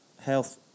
health